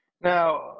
Now